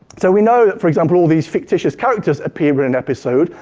so we know that, for example, all these fictitious characters appear in an episode.